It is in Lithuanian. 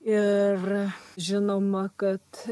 ir žinoma kad